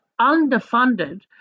underfunded